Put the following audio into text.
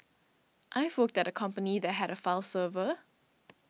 I've worked at a company that had a file server